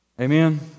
Amen